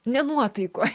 ne nuotaikoj